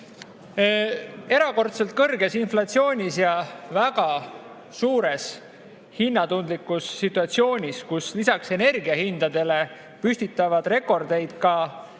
Erakordselt kõrges inflatsioonis ja väga hinnatundlikus situatsioonis, kus lisaks energiahindadele püstitavad rekordeid ka